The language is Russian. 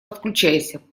подключайся